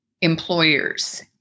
employers